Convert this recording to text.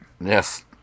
Yes